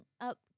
up